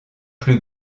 plus